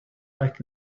back